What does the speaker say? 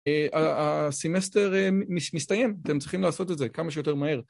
הסמסטר מסתיים, אתם צריכים לעשות את זה כמה שיותר מהר